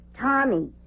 Tommy